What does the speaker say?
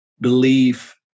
belief